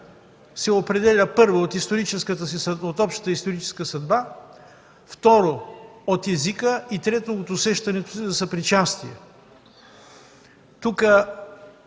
се определя, първо, от общата историческа съдба, второ, от езика и, трето, от усещането си за съпричастие.